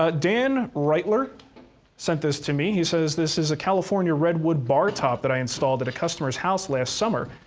ah dan rightler sent this to me, he says this is a california redwood bar top that i installed at a customer's house last summer.